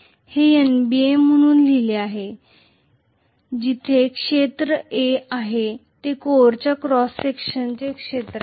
हे NBA म्हणून लिहा जिथे क्षेत्र A आहे हे कोरच्या क्रॉस सेक्शनचे क्षेत्र आहे